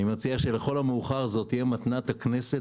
אני מציע שלכל המאוחר זו תהיה מתנת הכנסת